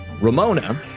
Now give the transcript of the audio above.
Ramona